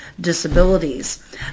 disabilities